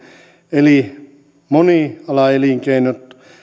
eli monialaelinkeinot